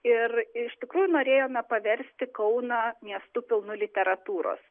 ir iš tikrųjų norėjome paversti kauną miestu pilnu literatūros